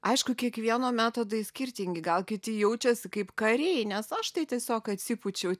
aišku kiekvieno metodai skirtingi gal kiti jaučiasi kaip kariai nes aš tai tiesiog atsipūčiu